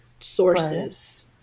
sources